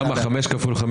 זה מחייב היערכות,